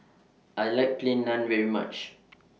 I like Plain Naan very much